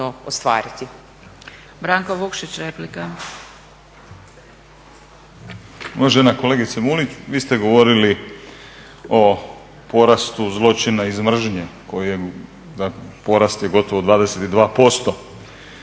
**Vukšić, Branko (Nezavisni)** Uvažena kolegice Mulić, vi ste govorili o porastu zločina iz mržnje … poraste gotovo 22%.